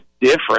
different